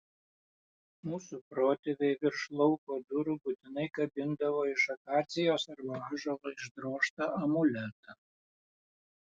mūsų protėviai virš lauko durų būtinai kabindavo iš akacijos arba ąžuolo išdrožtą amuletą